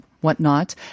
whatnot